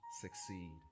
succeed